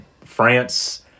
france